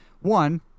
one